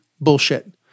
bullshit